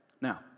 Now